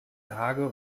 tage